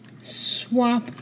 swap